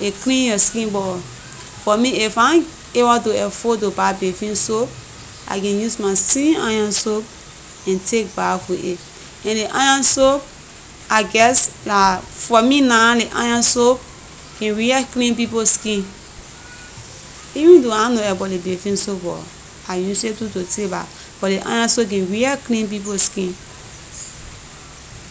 and clean yor skin, buh for me, if ahn able to afford to buy bathing soap I can use my same iron soap and take bath with it. And ley iron soap, I guess, lah- for me nah dey iron soap can real clean people skin, even though ahn know about the bathing soap, buh I use it too to take bath, but the iron soap can real clean people skin.